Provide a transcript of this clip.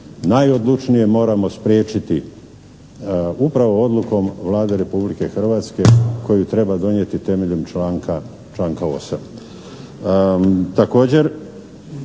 najodlučnije moramo spriječiti upravo odlukom Vlade Republike Hrvatske koju treba donijeti temeljem članka 8.